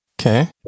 Okay